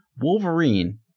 Wolverine